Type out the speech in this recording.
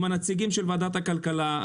עם הנציגים של ועדת הכלכלה.